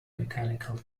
mechanical